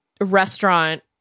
restaurant